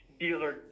dealer